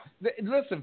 listen